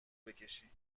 بکشی